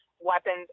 weapons